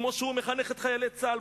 כמו שהוא מחנך את חיילי צה"ל.